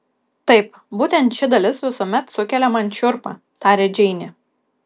taip būtent ši dalis visuomet sukelia man šiurpą tarė džeinė